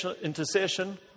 intercession